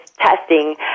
testing